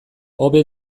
hobe